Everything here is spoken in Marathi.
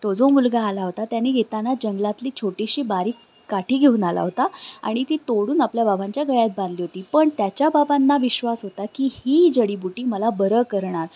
तो जो मुलगा आला होता त्याने घेताना जंगलातली छोटीशी बारीक काठी घेऊन आला होता आणि ती तोडून आपल्या बाबांच्या गळ्यात बांधली होती पण त्याच्या बाबांना विश्वास होता की ही जडीबुटी मला बरं करणार